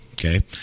okay